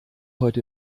heute